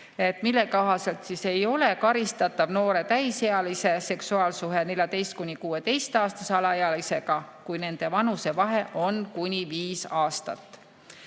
Selle kohaselt ei ole karistatav noore täisealise seksuaalsuhe 14–16‑aastase alaealisega, kui nende vanusevahe on kuni viis aastat.